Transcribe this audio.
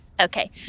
Okay